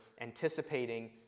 anticipating